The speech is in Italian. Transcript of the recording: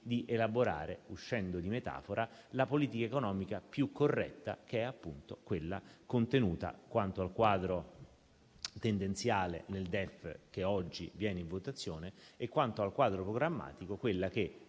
di elaborare - uscendo di metafora - la politica economica più corretta, che è appunto quella contenuta, quanto al quadro tendenziale, nel DEF che oggi viene votato e, quanto al quadro programmatico, quella che,